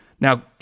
Now